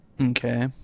Okay